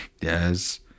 Yes